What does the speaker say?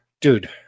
Dude